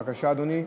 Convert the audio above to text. בבקשה, אדוני.